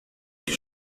que